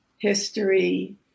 History